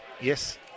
Yes